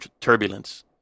turbulence